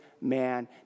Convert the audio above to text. man